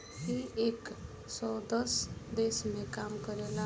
इ एक सौ दस देश मे काम करेला